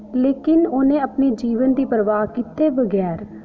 लेकिन उ'नें अपने जीवन दी परवाह् कीते बगैर